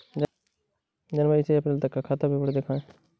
जनवरी से अप्रैल तक का खाता विवरण दिखाए?